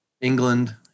England